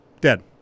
Dead